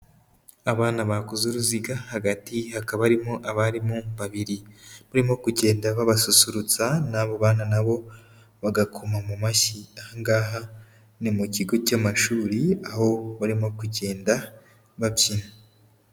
Abana bakoze uruziga hagati hakaba barimo abarimu babiri barimo kugenda babasusurutsa n'abo bana nabo bagakoma mu mashyi, aha ngaha ni mu kigo cy'amashuri aho barimo kugenda babyina.